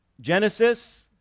Genesis